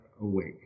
awake